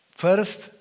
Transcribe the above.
first